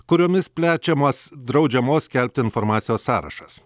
kuriomis plečiamas draudžiamos skelbti informacijos sąrašas